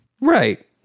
Right